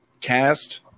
cast